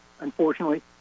Unfortunately